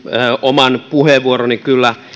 oman puheenvuoroni kyllä